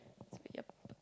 so yup